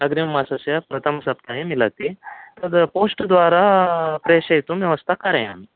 अग्रिममासस्य प्रथमसप्ताहे मिलति तद् पोस्ट् द्वारा प्रेषयतुं व्यवस्था कारयामि